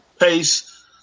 pace